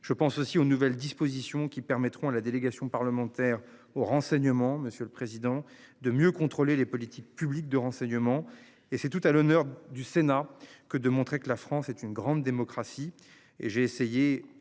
Je pense aussi aux nouvelles dispositions qui permettront à la délégation parlementaire au renseignement. Monsieur le Président de mieux contrôler les politiques publiques de renseignement et c'est tout à l'honneur du Sénat que de montrer que la France est une grande démocratie,